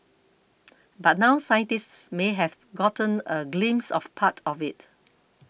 but now scientists may have gotten a glimpse of part of it